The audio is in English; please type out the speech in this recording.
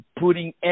putting